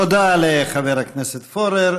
תודה לחבר הכנסת פורר.